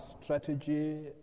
strategy